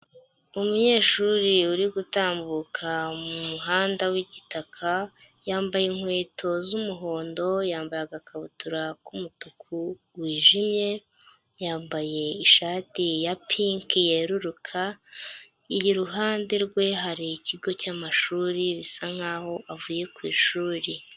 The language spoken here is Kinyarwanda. Umunyeshuri uri gutambuka mu muhanda w'igitaka, yambaye inkweto z'umuhondo, yambaye agakabutura k'umutuku wijimye, yambaye ishati ya pinki yeruruka, iruhande rwe hari ikigo cy'amashuri bisa nkaho avuye ku ishuri.